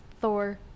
Thor